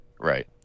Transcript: right